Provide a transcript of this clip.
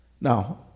Now